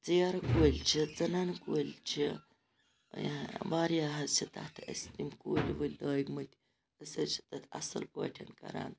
ژیرٕ کُلۍ چھِ ژٕنَن کُلۍ چھِ واریاہ حظ چھِ تَتھ أسۍ تِم کُلۍ وُلۍ لٲگمٕتۍ أسۍ حظ چھِ تَتھ اَصل پٲٹھۍ کَران